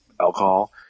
alcohol